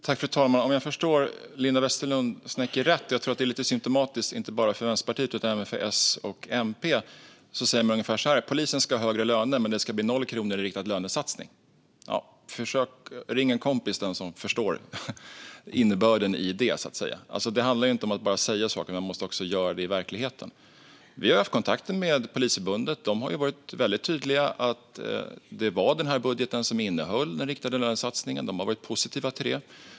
Fru talman! Jag vet inte om jag förstår Linda Westerlund Snecker rätt, men jag tror att detta är lite symtomatiskt inte bara för Vänsterpartiet utan även för Socialdemokraterna och Miljöpartiet. Man säger ungefär så här: Polisen ska ha högre löner, men det ska bli noll kronor i riktad lönesatsning. Försök ringa en kompis, den som förstår innebörden i det! Det handlar ju inte om att bara säga saker; man måste också göra det i verkligheten. Vi har haft kontakt med Polisförbundet. De har varit väldigt tydliga med att det var den här budgeten som innehöll den riktade lönesatsningen. De har varit positiva till den.